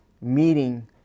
meeting